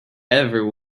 ever